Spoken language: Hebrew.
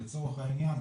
לצורך העניין,